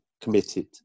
committed